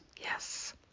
Yes